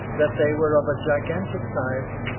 that they were of a gigantic size,